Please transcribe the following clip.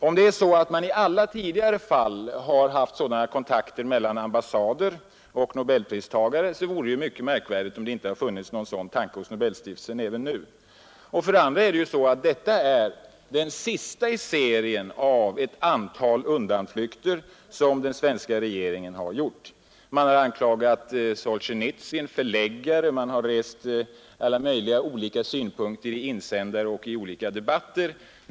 Om man i alla tidigare fall har haft olika kontakter mellan ambassader och nobelpristagare vore det mycket märkvärdigt om det inte hade funnits en sådan tanke hos Nobelstiftelsen även nu. Dessutom är detta den sista i en serie av undanflykter som den svenska regeringen har gjort. Man har anklagat Solsjenitsyn och förläggaren, man har anfört alla möjliga synpunkter i insändare och debatter.